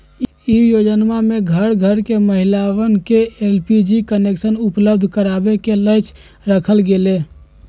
ई योजनमा में घर घर के महिलवन के एलपीजी कनेक्शन उपलब्ध करावे के लक्ष्य रखल गैले